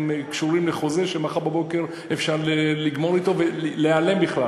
הם קשורים לחוזה שמחר בבוקר אפשר לגמור אתו ולהיעלם בכלל.